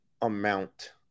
amount